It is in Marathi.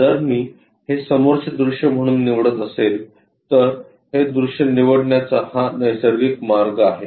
जर मी हे समोरचे दृश्य म्हणून निवडत असेल तर हे दृश्य निवडण्याचा हा नैसर्गिक मार्ग आहे